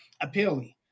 appealing